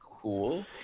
cool